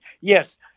Yes